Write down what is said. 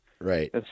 Right